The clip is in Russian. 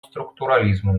структурализму